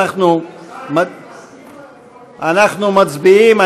אנחנו מצביעים.